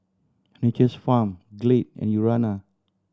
Nature's Farm Glade and Urana